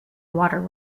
water